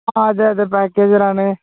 ആ അതെ അതെ പാക്കേജറാണ്